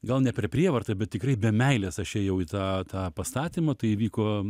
gal ne per prievartą bet tikrai be meilės aš ėjau į tą tą pastatymą tai įvyko